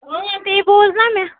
اۭں تی بوٗز نہ مےٚ